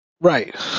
right